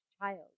child